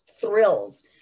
thrills